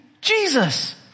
Jesus